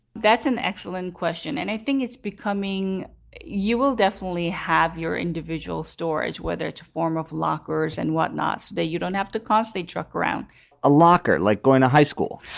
that's an excellent question. and i think it's becoming you will definitely have your individual storage, whether it's a form of lockers and whatnots that you don't have to cost a truck around a locker. like going to high school.